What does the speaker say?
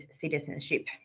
citizenship